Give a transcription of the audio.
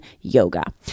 YOGA